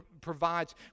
provides